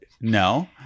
no